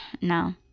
no